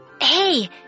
hey